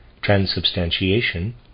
transubstantiation